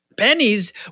Pennies